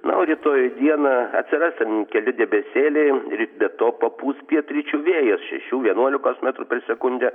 na o rytoj dieną atsiras ten keli debesėliai ryt be to papūs pietryčių vėjas šešių vienuolikos metrų per sekundę